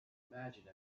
imagine